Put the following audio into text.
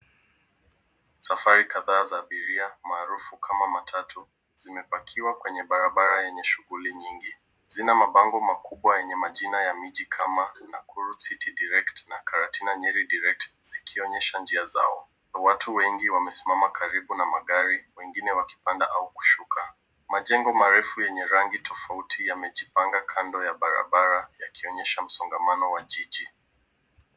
Safari kadhaa za abiria, maarufu kama matatu, zimepakiwa kwenye barabara yenye shughuli nyingi. Zina mabango makubwa yenye majina ya miji kama Nakuru city direct na karatina Nyeri direct zikionyesha njia zao. Watu wengi wamesimama karibu na magari, wengine wakipanda au kushuka. Majengo marefu yenye rangi tofauti yamejipanga kando ya barabara yakionyesha msongamano wa jiji.